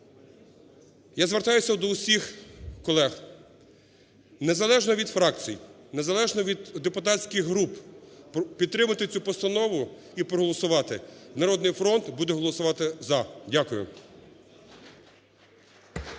Я звертаюся до усіх колег, незалежно від фракцій, незалежно від депутатських груп підтримати цю постанову і проголосувати. "Народний фронт" буде голосувати за. Дякую.